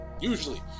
usually